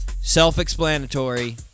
Self-explanatory